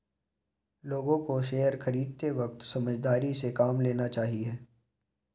लोगों को शेयर खरीदते वक्त समझदारी से काम लेना चाहिए